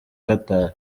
qatar